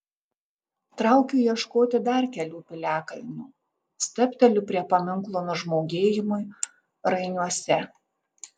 traukiu ieškoti dar kelių piliakalnių stabteliu prie paminklo nužmogėjimui rainiuose